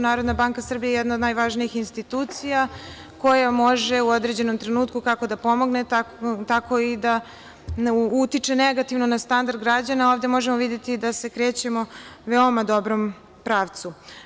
Narodna banka Srbije je jedna od najvažnijih institucija koja može u određenom trenutku kako da pomogne, tako i da utiče negativno na standard građana, a ovde možemo videti da se krećemo u veoma dobrom pravcu.